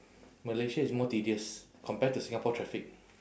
malaysia is more tedious compare to singapore traffic